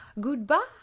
Goodbye